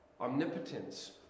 Omnipotence